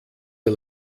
der